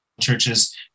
churches